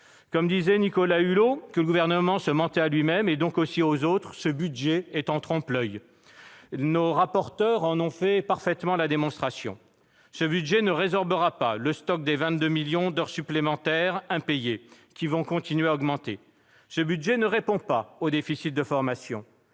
tiendra. Nicolas Hulot disait que le Gouvernement se mentait à lui-même et donc aussi aux autres. Ce budget est en trompe-l'oeil ; nos rapporteurs l'ont parfaitement démontré. Ce budget ne résorbera pas le stock des 22 millions d'heures supplémentaires impayées, qui vont continuer à augmenter. Ce budget ne répond pas au déficit de formation.